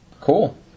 Cool